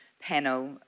panel